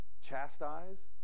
Chastise